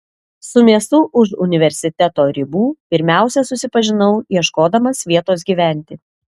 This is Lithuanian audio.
su miestu už universiteto ribų pirmiausia susipažinau ieškodamas vietos gyventi